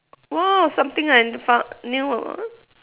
!wah! something I foun~ knew ah